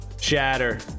shatter